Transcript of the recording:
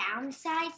downsides